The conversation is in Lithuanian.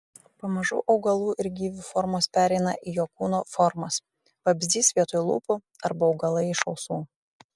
pamažu augalų ir gyvių formos pereina į jo kūno formas vabzdys vietoj lūpų arba augalai iš ausų